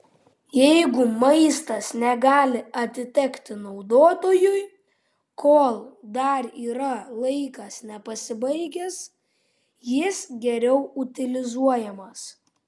jeigu maistas negali atitekti naudotojui kol dar yra laikas nepasibaigęs jis geriau utilizuojamas